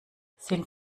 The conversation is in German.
sind